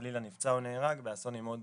שחלילה נפצע או נהרג באסון עם 10,